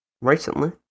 recently